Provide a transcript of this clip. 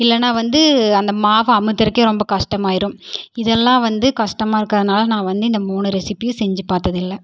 இல்லைனா வந்து அந்த மாவை அமுத்துறக்கே ரொம்ப கஷ்டமாயிரும் இதெல்லாம் வந்து கஷ்டமாக இருக்கறதுனால நான் வந்து இந்த மூணு ரெசிப்பியும் செஞ்சு பார்த்ததில்ல